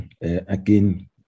again